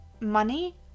money